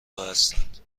هستند